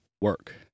work